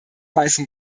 weisen